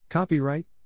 Copyright